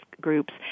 groups